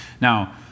Now